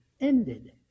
ended